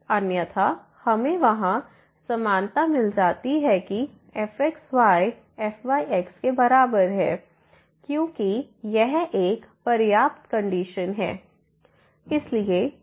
अन्यथा हमें वहां समानता मिल जाती कि fxy fyx के बराबर है क्योंकि यह एक पर्याप्त कंडीशन है